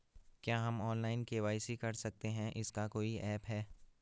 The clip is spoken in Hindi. क्या हम ऑनलाइन के.वाई.सी कर सकते हैं इसका कोई ऐप है?